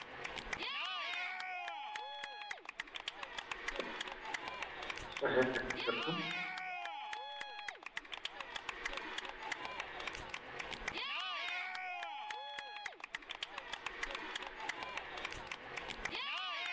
ᱦᱮᱸ ᱥᱟᱹᱨᱤ ᱠᱟᱛᱷᱟ